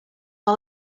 all